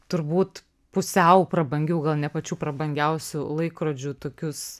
turbūt pusiau prabangių gal ne pačių prabangiausių laikrodžių tokius